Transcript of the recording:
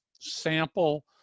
sample